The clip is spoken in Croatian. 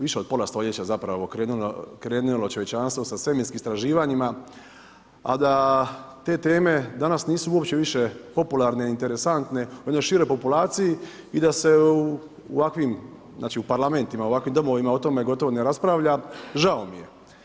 Više od pola stoljeća zapravo krenulo čovječanstvo sa svemirskim istraživanjima, a da te teme danas nisu uopće više popularne, interesantne jednoj široj populaciji i da se u ovakvim, znači u parlamentima, u ovakvim domovima o tome gotovo ne raspravlja, žao mi je.